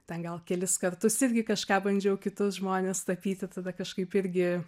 ten gal kelis kartus irgi kažką bandžiau kitus žmones tapyti tada kažkaip irgi